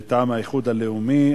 מטעם האיחוד הלאומי.